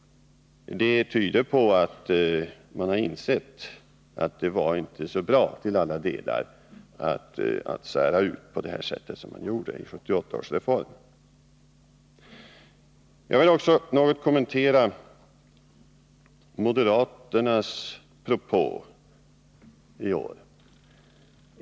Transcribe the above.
Det tyder på att man insett att det inte till alla delar var så bra att sära ut verksamheterna på det sätt som man gjorde i 1978 års reform. Nr 93 Jag vill också något kommentera moderaternas propå om reklamfinansie Onsdagen den ring.